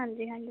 ਹਾਂਜੀ ਹਾਂਜੀ